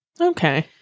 Okay